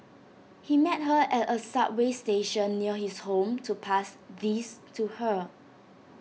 he met her at A subway station near his home to pass these to her